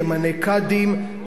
ימנה קאדים,